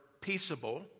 peaceable